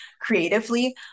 creatively